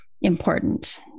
important